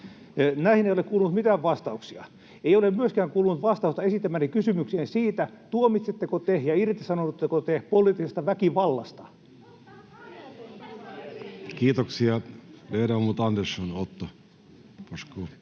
Näihin ei ole kuulunut mitään vastauksia. Ei ole myöskään kuulunut vastausta esittämääni kysymykseen siitä, tuomitsetteko te ja irtisanoudutteko te poliittisesta väkivallasta.